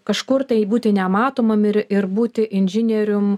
kažkur tai būti nematomam ir ir būti inžinierium